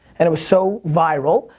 and it was so viral,